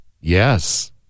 yes